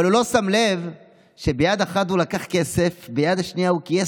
אבל הוא לא שם לב שביד אחת הוא לקח כסף וביד השנייה הוא כייס